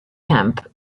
camp